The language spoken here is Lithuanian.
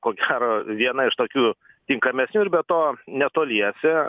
ko gero viena iš tokių tinkamesnių ir be to netoliese